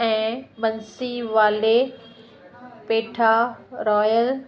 ऐं बंसीवाले पेठा रॉयल